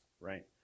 right